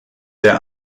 der